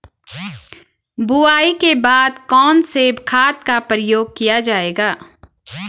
बुआई के बाद कौन से खाद का प्रयोग किया जायेगा?